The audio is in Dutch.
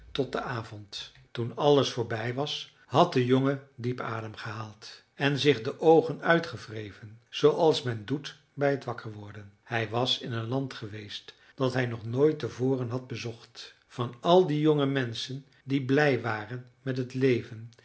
tot den avond toen alles voorbij was had de jongen diep adem gehaald en zich de oogen uitgewreven zooals men doet bij het wakker worden hij was in een land geweest dat hij nog nooit te voren had bezocht van al die jonge menschen die blij waren met het leven